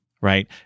Right